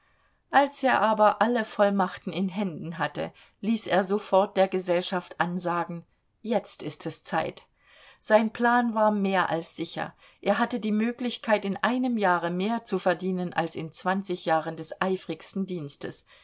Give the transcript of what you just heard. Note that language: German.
als er aber alle vollmachten in händen hatte ließ er sofort der gesellschaft ansagen jetzt ist es zeit sein plan war mehr als sicher er hatte die möglichkeit in einem jahre mehr zu verdienen als in zwanzig jahren des eifrigsten dienstes